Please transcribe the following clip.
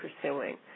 pursuing